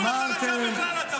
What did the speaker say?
שיענה על השאלה שלי.